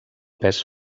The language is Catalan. pes